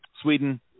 Sweden